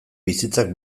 bizitzak